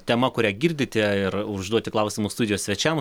tema kurią girdite ir užduoti klausimus studijos svečiams